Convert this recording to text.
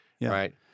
Right